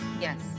yes